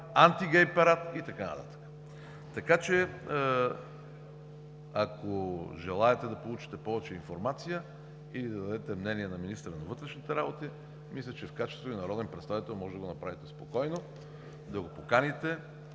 антигей парад и така нататък. Ако желаете да получите повече информация, или да дадете мнение на министъра на вътрешните работи, мисля, че в качеството Ви на народен представител може да го направите спокойно, да го поканите,